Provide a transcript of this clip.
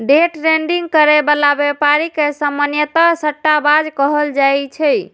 day trading करै बला व्यापारी के सामान्यतः सट्टाबाज कहल जाइ छै